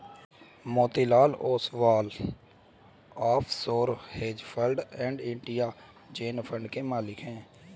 Motilal Oswal offshore hedge fund और India Zen fund के मालिक हैं